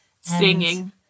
singing